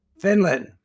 Finland